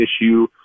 issue